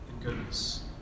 Goodness